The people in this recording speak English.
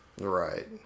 Right